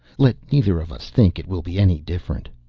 let neither of us think it will be any different.